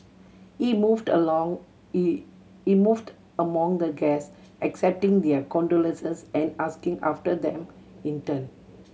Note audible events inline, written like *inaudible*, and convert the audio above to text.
he moved along *unintelligible* he moved among the guests accepting their condolences and asking after them in turn